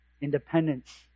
independence